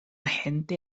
gente